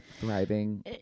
thriving